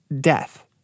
death